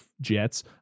jets